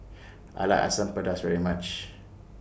I like Asam Pedas very much